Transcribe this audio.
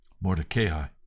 Mordecai